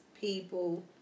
people